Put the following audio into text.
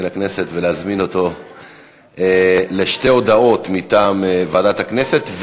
הכנסת ולהזמין אותו לשתי הודעות מטעם ועדת הכנסת,